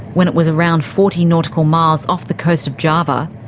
when it was around forty nautical miles off the cost of java,